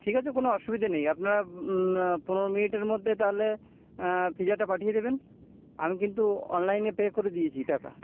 ঠিক আছে কোনো অসুবিধে নেই আপনারা পনের মিনিটের মধ্যে তাহলে পিজাটা পাঠিয়ে দেবেন আমি কিন্তু অনলাইনে পে করে দিয়েছি টাকা